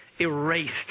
erased